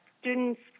students